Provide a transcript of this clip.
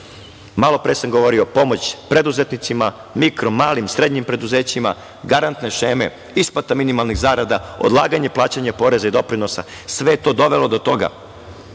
pogoni. Malopre sam govorio pomoć preduzetnicima mikro, malim, srednjim preduzećima garantne šeme, isplata minimalnih zarada, odlaganje plaćanja poreza i doprinosa, sve to je dovelo do toga